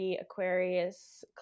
Aquarius